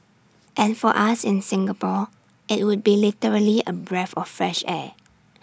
and for us in Singapore IT would be literally A breath of fresh air